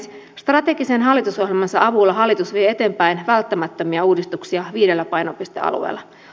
strategisen hallitusohjelmansa avulla hallitus vie eteenpäin välttämättömiä uudistuksia viidellä painopistealueella